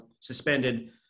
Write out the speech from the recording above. suspended